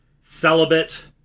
celibate